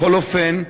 בכל אופן,